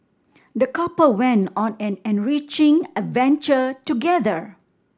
the couple went on an enriching adventure together